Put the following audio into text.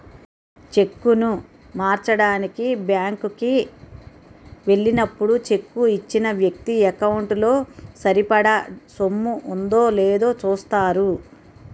చెక్కును మార్చడానికి బ్యాంకు కి ఎల్లినప్పుడు చెక్కు ఇచ్చిన వ్యక్తి ఎకౌంటు లో సరిపడా సొమ్ము ఉందో లేదో చూస్తారు